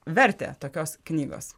vertę tokios knygos